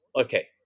okay